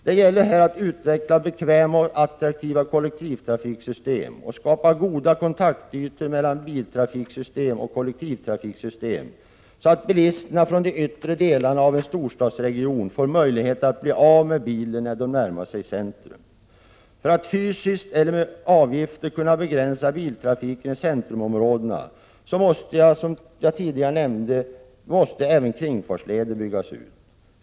Det gäller här att utveckla bekväma och attraktiva kollektivtrafiksystem och att skapa goda kontaktytor mellan biltrafiksystem och kolletivtrafiksys tem, så att bilisterna från de yttre delarna av en storstadsregion får möjlighet att ”bli av med” bilen när de närmar sig centrum För att fysiskt eller med avgifter kunna begränsa biltrafiken i centrumområdena måste, som jag tidigare nämnde, även kringfartsleder byggas ut.